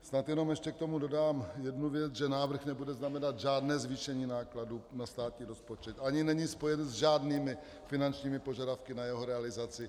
Snad jenom k tomu ještě dodám jednu věc, že návrh nebude znamenat žádné zvýšení nákladů na státní rozpočet ani není spojen s žádnými finančními požadavky na jeho realizaci.